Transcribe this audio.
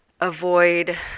avoid